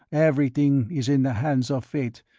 everything is in the hands of fate,